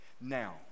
now